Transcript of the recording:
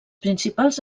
principals